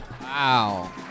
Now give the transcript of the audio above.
Wow